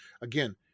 Again